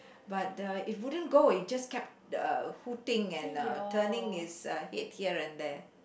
but the it wouldn't go it just kept uh hooting and uh turning it's uh head here and there